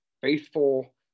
faithful